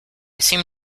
seem